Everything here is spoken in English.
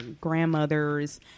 grandmothers